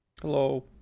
Hello